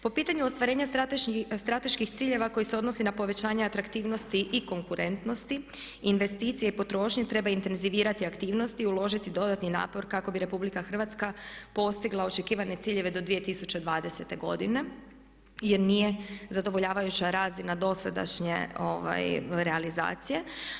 Po pitanju ostvarenja strateških ciljeva koji se odnose na povećanje atraktivnosti i konkurentnosti investicije i potrošnje treba intenzivirati aktivnosti, uložiti dodatni napor kako bi RH postigla očekivane ciljeve do 2020. godine jer nije zadovoljavajuća razina dosadašnje realizacije.